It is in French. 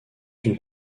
une